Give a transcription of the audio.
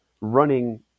running